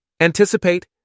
anticipate